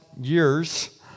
years